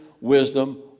wisdom